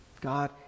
God